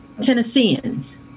tennesseans